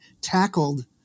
tackled